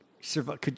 survive